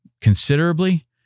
considerably